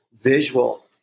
visual